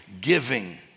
giving